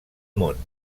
món